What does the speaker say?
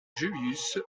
julius